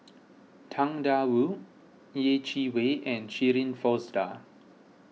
Tang Da Wu Yeh Chi Wei and Shirin Fozdar